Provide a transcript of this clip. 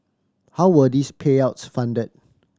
how were these payouts funded